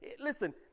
listen